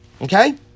Okay